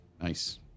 Nice